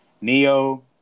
Neo